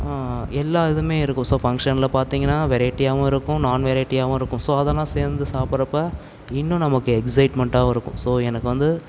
எல்லா இதுமே இருக்கும் ஸோ ஃபங்க்ஷனில் பார்த்திங்கன்னா வெரைட்டியாகவும் இருக்கும் நான் வெரைட்டியாகவும் இருக்கும் ஸோ அதலாம் சேர்ந்து சாப்பிடுறப்ப இன்னும் நமக்கு எக்ஸைட்மெண்ட்டாக இருக்கும் ஸோ எனக்கு வந்து